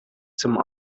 some